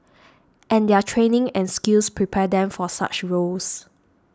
and their training and skills prepare them for such roles